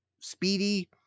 speedy